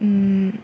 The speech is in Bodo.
ओम